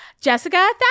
Jessica